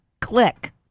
click